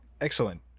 excellent